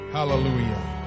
Hallelujah